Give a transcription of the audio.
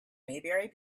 maybury